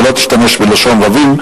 שלא תשתמש בלשון רבים,